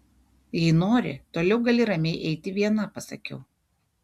jei nori toliau gali ramiai eiti viena pasakiau